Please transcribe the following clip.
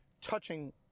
touching